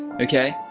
okay?